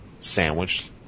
sandwich